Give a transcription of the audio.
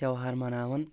تیہوار مناوان